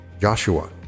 Joshua